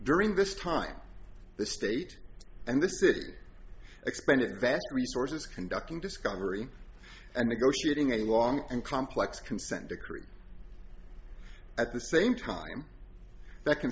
during this time the state and the city expended vast resources conducting discovery and negotiating a long and complex consent decree at the same time that c